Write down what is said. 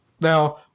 Now